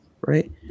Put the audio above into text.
right